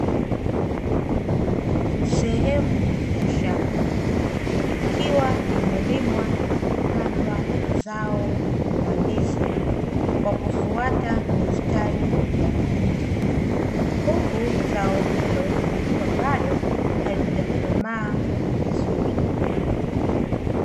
Sehemu ya shamba, ikiwa imelimwa na kupandwa zao la ndizi kwa kufuata mistari ya matuta, huku zao hilo likiwa bado halijakomaa vizuri.